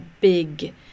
big